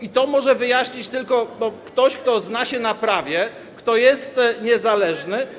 I to może wyjaśnić tylko ktoś, kto zna się na prawie, kto jest niezależny.